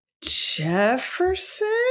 Jefferson